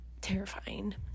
terrifying